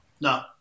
No